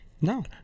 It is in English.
No